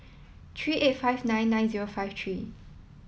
three eight five nine nine zero five three